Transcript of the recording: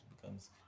becomes